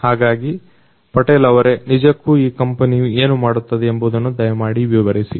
ಹಾಗಾಗಿ ಪಟೇಲ್ ಅವರೇ ನಿಜಕ್ಕೂ ಈ ಕಂಪನಿಯು ಏನು ಮಾಡುತ್ತದೆ ಎಂಬುದನ್ನು ದಯಮಾಡಿ ವಿವರಿಸಿ